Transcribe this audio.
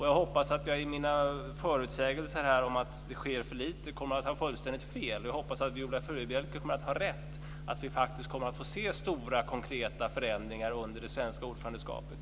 Jag hoppas att jag kommer att ha fullkomligt fel i mina förutsägelser om att det sker för lite. Jag hoppas att Viola Furubjelke kommer att ha rätt och att vi faktiskt kommer att få se stora konkreta förändringar under det svenska ordförandeskapet.